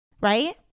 right